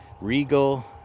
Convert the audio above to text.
Regal